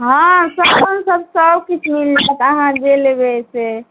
हँ सामान सब सब किछु मिल जायत अहाँ जे लेबय से